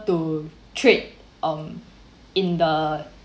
to trade um in the